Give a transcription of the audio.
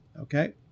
Okay